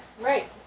Right